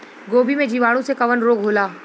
गोभी में जीवाणु से कवन रोग होला?